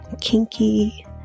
kinky